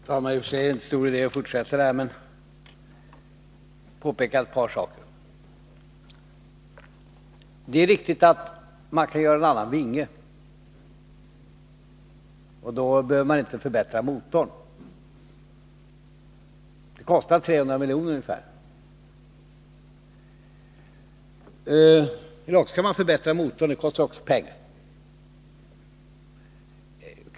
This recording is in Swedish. Fru talman! Det är i och för sig inte stor idé att fortsätta det här replikskiftet. Men jag vill påpeka ett par saker. Det är riktigt att man kan göra en annan vinge, och då behöver man inte förbättra motorn. Det kostar ungefär 300 milj.kr. En annan möjlighet är att förbättra motorn, och det kostar också pengar.